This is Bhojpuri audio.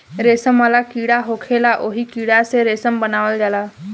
रेशम वाला कीड़ा होखेला ओही कीड़ा से रेशम बनावल जाला